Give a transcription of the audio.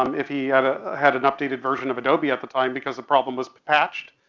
um if he had a, had an updated version of adobe at the time, because the problem was patched,